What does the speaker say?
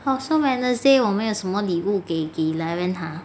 orh so wednesday 我们有什么礼物给给 sarah ha